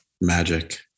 Magic